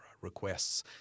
requests